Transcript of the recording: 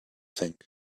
think